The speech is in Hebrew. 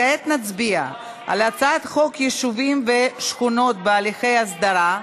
כעת נצביע על הצעת חוק יישובים ושכונות בהליכי הסדרה,